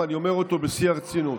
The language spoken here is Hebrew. ואני אומר אותו בשיא הרצינות.